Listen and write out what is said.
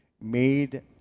made